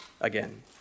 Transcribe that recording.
again